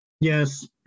Yes